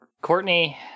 Courtney